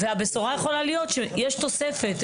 והבשורה יכולה להיות שיש תוספת,